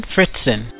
Fritzen